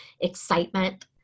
excitement